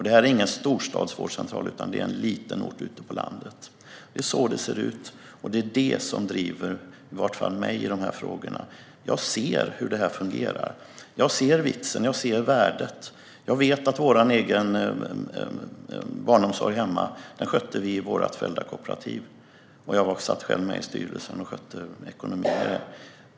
Det är ingen storstadsvårdcentral, utan det är i en liten ort ute på landet. Det är så det ser ut. Det är vad som driver i varje fall mig i de här frågorna. Jag ser hur det fungerar. Jag ser vitsen och värdet. Vår egen barnomsorg hemma skötte vi i vårt föräldrakooperativ. Jag satt själv med i styrelsen och skötte ekonomin.